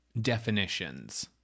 definitions